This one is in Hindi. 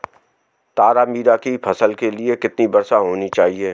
तारामीरा की फसल के लिए कितनी वर्षा होनी चाहिए?